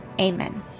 Amen